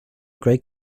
great